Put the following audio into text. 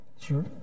Sure